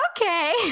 okay